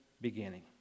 beginning